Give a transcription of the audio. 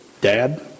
Dad